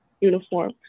uniform